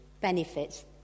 benefits